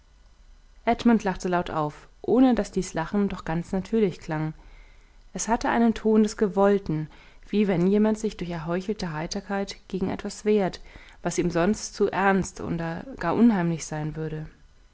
edmund lachte laut auf ohne daß dies lachen doch ganz natürlich klang es hatte einen ton des gewollten wie wenn jemand sich durch erheuchelte heiterkeit gegen etwas wehrt was ihm sonst zu ernst oder gar unheimlich sein würde